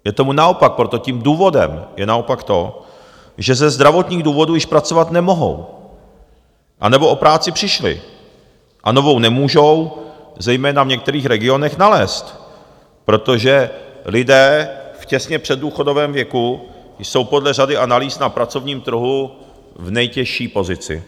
Je tomu naopak proto, tím důvodem je naopak to, že ze zdravotních důvodů již pracovat nemohou anebo o práci přišli a novou nemůžou, zejména v některých regionech, nalézt, protože lidé těsně v předdůchodovém věku jsou podle řady analýz na pracovním trhu v nejtěžší pozici.